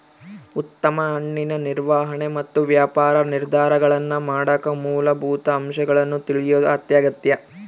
ಉತ್ತಮ ಹಣ್ಣಿನ ನಿರ್ವಹಣೆ ಮತ್ತು ವ್ಯಾಪಾರ ನಿರ್ಧಾರಗಳನ್ನಮಾಡಕ ಮೂಲಭೂತ ಅಂಶಗಳನ್ನು ತಿಳಿಯೋದು ಅತ್ಯಗತ್ಯ